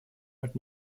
but